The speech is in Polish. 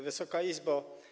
Wysoka Izbo!